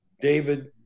david